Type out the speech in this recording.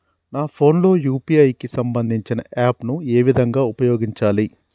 నా ఫోన్ లో యూ.పీ.ఐ కి సంబందించిన యాప్ ను ఏ విధంగా ఉపయోగించాలి?